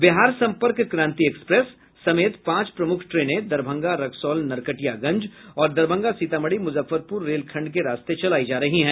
Bihar Sampark Kranti express समेत पांच प्रमुख ट्रेनें दरभंगा रक्सौल नरकटियागंज और दरभंगा सीतामढ़ी मुजफ्फरपूर रेल खंड के रास्ते चलायी जा रही है